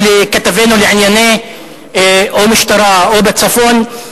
ל"כתבנו לענייני" או משטרה או בצפון,